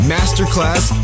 Masterclass